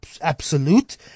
absolute